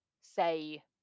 say